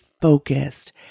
focused